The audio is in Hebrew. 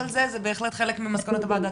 זה בהחלט ממסקנות הוועדה,